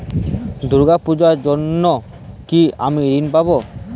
দুর্গা পুজোর জন্য কি আমি ঋণ পাবো?